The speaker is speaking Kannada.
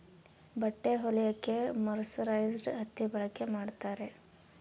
ಬಟ್ಟೆ ಹೊಲಿಯಕ್ಕೆ ಮರ್ಸರೈಸ್ಡ್ ಹತ್ತಿ ಬಳಕೆ ಮಾಡುತ್ತಾರೆ